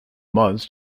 months